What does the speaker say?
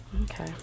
Okay